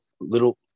little